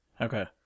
Okay